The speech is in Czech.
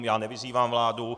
Já nevyzývám vládu.